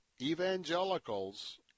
Evangelicals